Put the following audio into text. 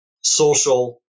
social